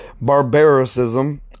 barbarism